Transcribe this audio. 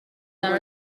their